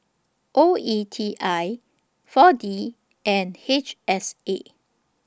O E T I four D and H S A